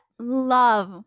love